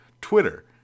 Twitter